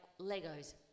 legos